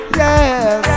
yes